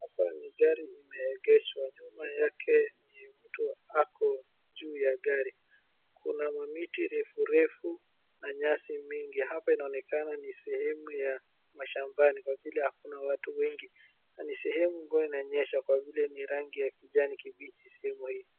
Hapa ni gari imeegeshwa nyuma yake ni mtu ako juu ya gari. Kuna mamiti refu refu na nyasi mingi. Hapa inaonekana ni sehemu ya mashambani kwa vile hakuna watu wengi na ni sehemu ambayo inanyesha kwa vile ni rangi ya kijani kibichi sehemu hii.